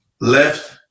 left